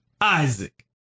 Isaac